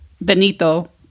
Benito